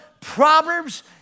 Proverbs